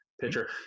pitcher